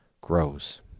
grows